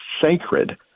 sacred